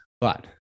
but-